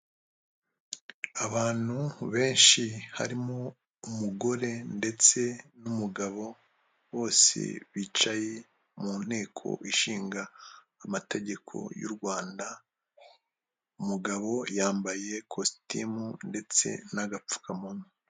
Abantu benshi harimo umugore ndetse n'umugabo, bose bicaye mu nteko ishinga amategeko y'u Rwanda, umugabo yambaye kositimu ndetse n'agapfukamunwa.